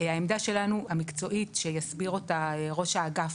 העמדה שלנו המקצועית שיסביר אותה ראש האגף,